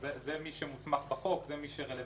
זה מי שמוסמך בחוק, זה מי שרלוונטי.